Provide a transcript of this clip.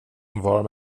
var